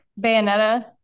Bayonetta